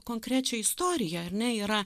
konkrečią istoriją ar ne yra